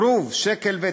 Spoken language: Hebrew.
1.09 שקל,